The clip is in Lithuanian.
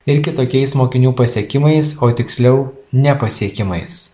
ir kitokiais mokinių pasiekimais o tiksliau ne pasiekimais